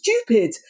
stupid